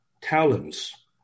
talents